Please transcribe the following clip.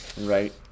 right